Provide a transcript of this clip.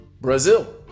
Brazil